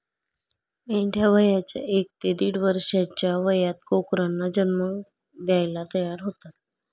मेंढ्या वयाच्या एक ते दीड वर्षाच्या वयात कोकरांना जन्म द्यायला तयार होतात